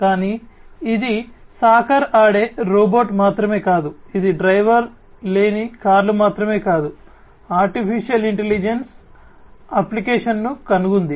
కానీ ఇది సాకర్ ఆడే రోబోట్ మాత్రమే కాదు ఇది డ్రైవర్లేని కార్లు మాత్రమే కాదు AI అప్లికేషన్ను కనుగొంది